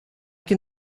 can